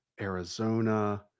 Arizona